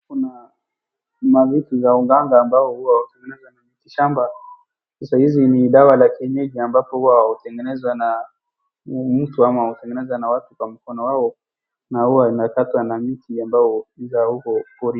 Kuna vitu za uganga ambao huwa wanatengeneza na mti shamba. Sasa hizi ni dawa za kienyeji ambapo huwa wanatengeneza na mtu ama wanatengeneza na watu kwa mkono wao na huwa inakatwa na miti ambao hizo huko.